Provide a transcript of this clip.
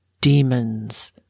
Demons